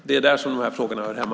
Det är där de här frågorna hör hemma.